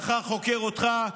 מחר חוקר אותך,